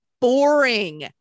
boring